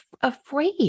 afraid